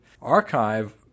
archive